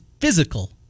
physical